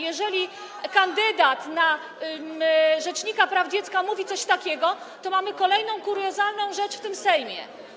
Jeżeli kandydat na rzecznika praw dziecka mówi coś takiego, to mamy kolejną kuriozalną rzecz w tym Sejmie.